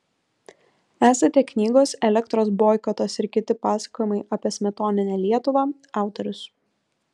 esate knygos elektros boikotas ir kiti pasakojimai apie smetoninę lietuvą autorius